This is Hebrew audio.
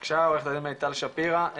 עכשיו עורכת הדין מיטל שפירא,